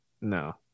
No